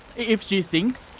if she sinks,